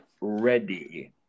Ready